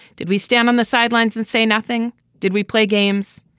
did we stand on the sidelines and say nothing. did we play games.